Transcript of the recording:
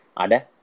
Ada